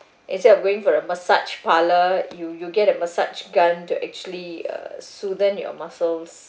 instead of going for a massage parlour you you get a massage gun to actually uh soothe your muscles